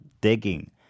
digging